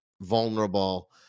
vulnerable